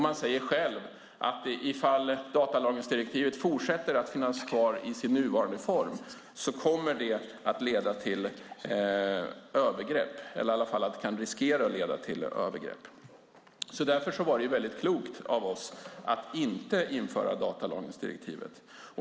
Man säger själv att ifall datalagringsdirektivet fortsätter att finnas kvar i sin nuvarande form kommer det att leda till övergrepp, eller i alla fall kan riskera att leda till övergrepp. Därför var det klokt av oss att inte införa datalagringsdirektivet.